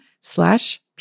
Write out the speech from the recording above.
slash